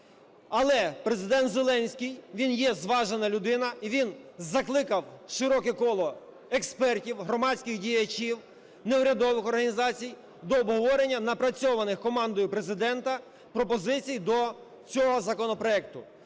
Але Президент Зеленський він є зважена людина і він закликав широке коло експертів, громадських діячів, неурядових організацій до обговорення напрацьованих командою Президента пропозицій до цього законопроекту,